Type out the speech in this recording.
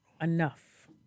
enough